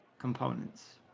components